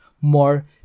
more